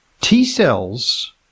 T-cells